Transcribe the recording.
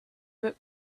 book